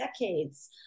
decades